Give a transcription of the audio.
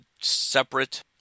separate